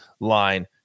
line